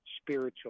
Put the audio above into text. spiritual